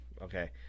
Okay